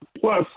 Plus